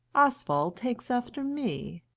oswald takes after me.